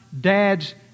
dads